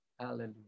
Hallelujah